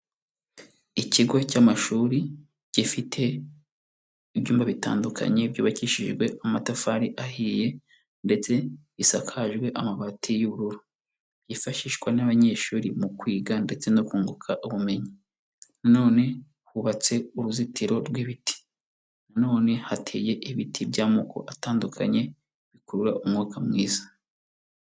Ikigo cy'amashuri, gifite ibyumba bitandukanye byubakishijwe amatafari ahiye, ndetse isakajwe amabati y'ubururu, yifashishwa n'abanyeshuri mu kwiga ndetse no kunguka ubumenyi, none hubatse uruzitiro rw'ibiti, none hateye ibiti by'amoko atandukanye bikurura umwuka mwiza.